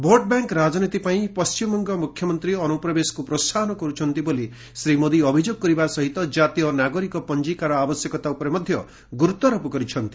vote bank ରାଜନୀତି ପାଇଁ ପଶ୍ଚିମବଙ୍ଗ ମୁଖ୍ୟମନ୍ତ୍ରୀ ଅନୁପ୍ରବେଶକୁ ପ୍ରୋସାହନ କରୁଛନ୍ତି ବୋଲି ଶ୍ରୀ ମୋଦି ଅଭିଯୋଗ କରିବା ସହିତ ଜାତୀୟ ନାଗରିକ ପଞ୍ଜିକାର ଆବଶ୍ୟକତା ଉପରେ ଗୁରୁତ୍ୱାରୋପ କରିଛନ୍ତି